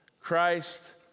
Christ